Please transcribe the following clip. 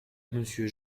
monsieur